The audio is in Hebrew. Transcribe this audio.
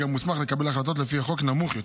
המוסמך לקבל החלטות לפי החוק נמוך יותר.